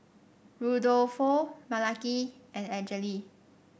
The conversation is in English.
Rudolfo Malaki and Angele